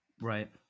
Right